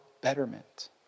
betterment